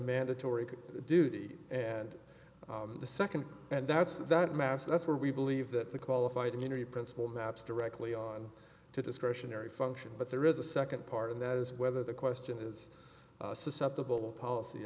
mandatory duty and the second and that's that mass that's where we believe that the qualified immunity principle maps directly on to discretionary function but there is a second part and that is whether the question is susceptible policy